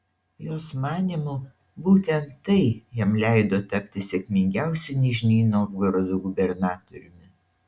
jos manymu būtent tai jam leido tapti sėkmingiausiu nižnij novgorodo gubernatoriumi